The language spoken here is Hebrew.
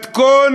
מתכון